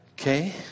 Okay